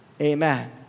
Amen